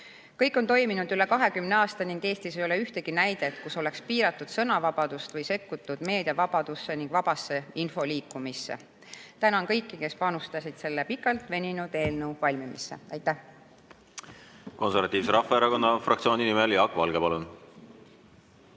Kõik on toiminud üle 20 aasta ning Eestis ei ole ühtegi näidet, kus oleks piiratud sõnavabadust või sekkutud meediavabadusse ja vabasse infoliikumisse. Tänan kõiki, kes panustasid selle pikalt veninud eelnõu valmimisse. Aitäh! Konservatiivse Rahvaerakonna fraktsiooni nimel Jaak Valge, palun!